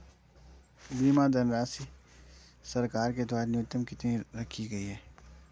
बीमा धनराशि सरकार के द्वारा न्यूनतम कितनी रखी गई है?